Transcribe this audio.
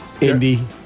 Indy